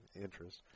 interest